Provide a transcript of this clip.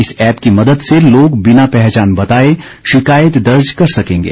इस ऐप्प की मदद से लोग बिना पहचान बताए शिकायत दर्ज कर सकेंगे